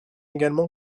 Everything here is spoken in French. également